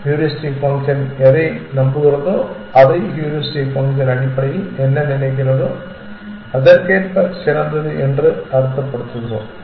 heuristic function எதை நம்புகிறதோ அல்லது ஹூரிஸ்டிக் ஃபங்க்ஷன் அடிப்படையில் என்ன நினைக்கிறதோ அதற்கேற்ப சிறந்தது என்று அர்த்தப்படுத்துகிறோம்